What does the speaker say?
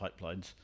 pipelines